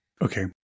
okay